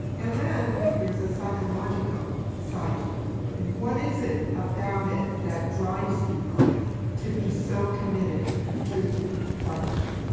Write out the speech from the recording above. and then there's a psychological side to it what is it about it that drives people to be so committed to fly fishing?